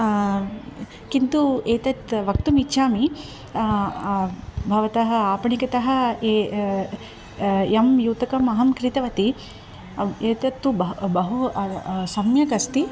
किन्तु एतत् वक्तुं इच्छामि भवतः आपणतः ये यं युतकं अहं क्रीतवती एतत्तु बहु बहु सम्यक् अस्ति